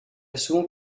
souvent